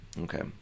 Okay